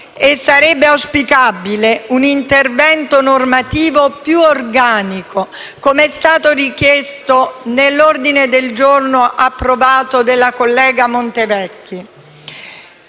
Sarebbe auspicabile un intervento normativo più organico, come è stato richiesto nell'ordine del giorno approvato, a prima firma della collega Montevecchi.